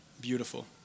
beautiful